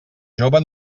jove